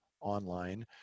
online